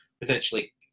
potentially